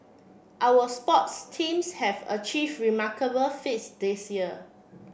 our sports teams have achieved remarkable feats this year